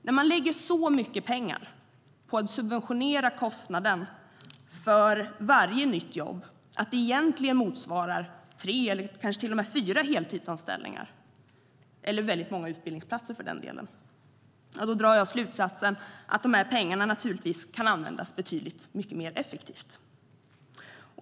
När man lägger så mycket pengar på att subventionera kostnaden för varje nytt jobb att det egentligen motsvarar tre eller till och med fyra heltidsanställningar, eller väldigt många utbildningsplatser för den delen, drar jag slutsatsen att pengarna naturligtvis kan användas betydligt mer effektivt.